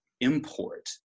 import